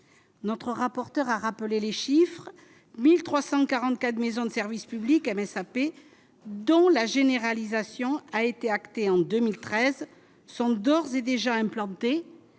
notre rapporteur, a rappelé les chiffres, 1344 maisons de service public, M. P. dont la généralisation a été actée en 2013 sont d'ores et déjà implantés,